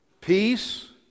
Peace